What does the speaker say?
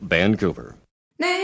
Vancouver